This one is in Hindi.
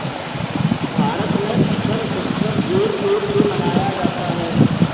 भारत में फसल उत्सव जोर शोर से मनाया जाता है